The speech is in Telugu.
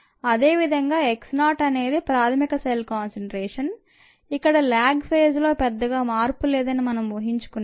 అదే విధంగా x0 అనేది ప్రాథమిక సెల్ కాన్సంట్రేషన్ ఇక్కడ ల్యాగ్ ఫేజ్లో పెద్దగా మార్పులేదని మనం ఊహించుకున్నాం